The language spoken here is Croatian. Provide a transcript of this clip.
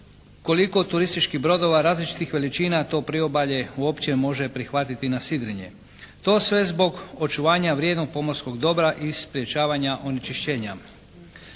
koliko turističkih brodova različitih veličina to priobalje uopće može prihvatiti na sidrenje. To sve zbog očuvanja vrijednog pomorskog dobra i sprječavanja onečišćenja.